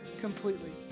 completely